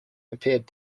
appeared